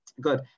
Good